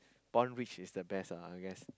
born rich is the best ah I guess